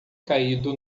caído